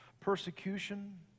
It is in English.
persecution